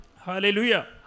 Hallelujah